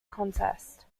contest